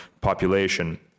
population